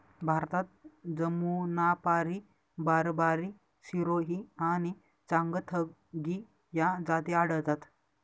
भारतात जमुनापारी, बारबारी, सिरोही आणि चांगथगी या जाती आढळतात